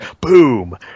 boom